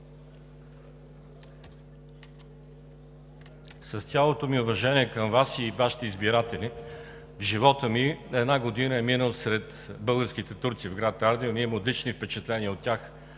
С цялото ми уважение към Вас и Вашите избиратели, животът ми една година е минал сред българските турци в град Ардино. Имам отлични впечатления от тях